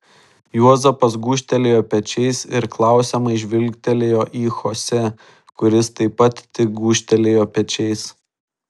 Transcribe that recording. juozapas gūžtelėjo pečiais ir klausiamai žvilgtelėjo į chose kuris taip pat tik gūžtelėjo pečiais